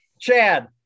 Chad